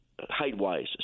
Height-wise